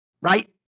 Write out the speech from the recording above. right